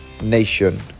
Nation